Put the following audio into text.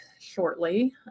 shortly